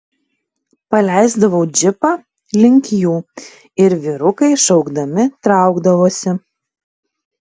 paleisdavau džipą link jų ir vyrukai šaukdami traukdavosi